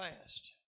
past